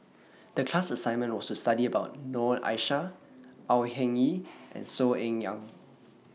The class assignment was to study about Noor Aishah Au Hing Yee and Saw Ean Ang